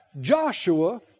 Joshua